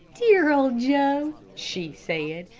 dear, old joe, she said,